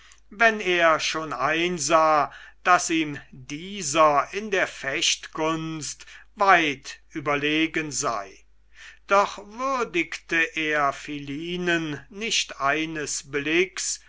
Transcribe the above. wenn er schon einsah daß ihm dieser in der fechtkunst weit überlegen sei doch würdigte er philinen nicht eines blicks